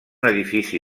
edifici